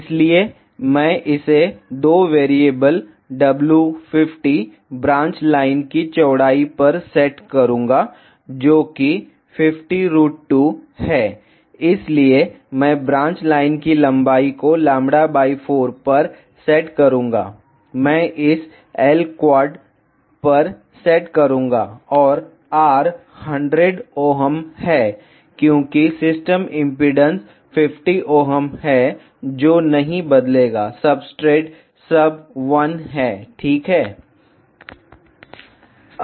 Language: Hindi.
इसलिए मैं इसे 2 वेरिएबल w 50 ब्रांच लाइन की चौड़ाई पर सेट करूंगा जो कि इसलिए मैं ब्रांच लाइन की लंबाई को λ 4 पर सेट करूंगा मैं इसे L क्वाड पर सेट करूंगा और R 100 Ω है क्योंकि सिस्टम इम्पीडेन्स 50 Ω है जो नहीं बदलेगा सब्सट्रेट सब 1 है ठीक है